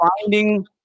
finding